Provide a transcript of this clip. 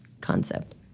concept